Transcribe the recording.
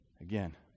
again